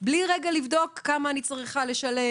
בלי רגע לבדוק כמה אני צריכה לשלם,